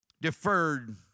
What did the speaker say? deferred